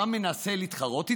אתה מנסה להתחרות בו?